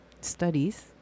studies